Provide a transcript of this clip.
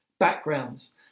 Backgrounds